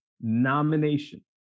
nomination